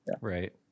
Right